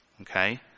okay